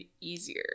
easier